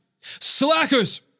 slackers